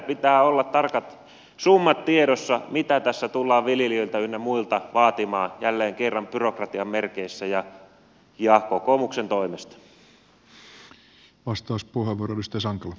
pitää olla tiedossa tarkat summat mitä tässä tullaan viljelijöiltä ynnä muilta vaatimaan jälleen kerran byrokratian merkeissä ja kokoomuksen toimesta